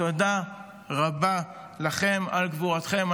תודה רבה לכם על גבורתכם.